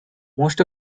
most